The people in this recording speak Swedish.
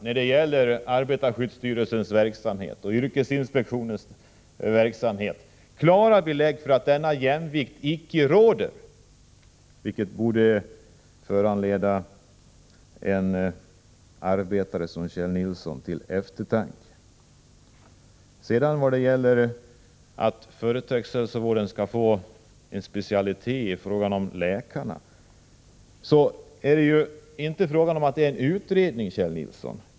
När det gäller arbetarskyddsstyrelsens och yrkesinspektionens verksamhet har vi redan klara belägg för att denna jämvikt icke råder, vilket borde föranleda en arbetare som Kjell Nilsson att tänka efter. Sedan beträffande detta att företagshälsovården bör bli en specialitet i läkarnas vidareutbildning. Det är ju inte fråga om någon utredning, Kjell Nilsson.